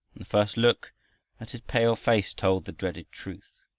the first look at his pale face told the dreaded truth.